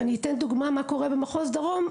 ואני אתן דוגמה מה קורה במחוז דרום,